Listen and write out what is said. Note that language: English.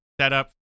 setup